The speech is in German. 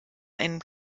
einem